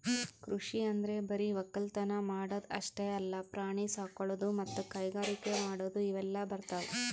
ಕೃಷಿ ಅಂದ್ರ ಬರಿ ವಕ್ಕಲತನ್ ಮಾಡದ್ ಅಷ್ಟೇ ಅಲ್ಲ ಪ್ರಾಣಿ ಸಾಕೊಳದು ಮತ್ತ್ ಕೈಗಾರಿಕ್ ಮಾಡದು ಇವೆಲ್ಲ ಬರ್ತವ್